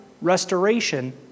restoration